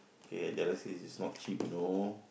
hey dialysis is not cheap you know